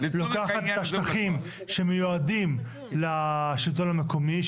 הממשלה לוקחת את השטחים שמיועדים לשלטון המקומי,